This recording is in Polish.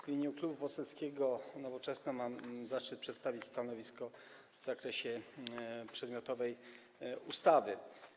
W imieniu Klubu Poselskiego Nowoczesna mam zaszczyt przedstawić stanowisko w zakresie przedmiotowej ustawy.